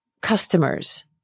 customers